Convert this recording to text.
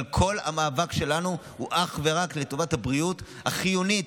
אבל כל המאבק שלנו הוא אך ורק לטובת הבריאות החיונית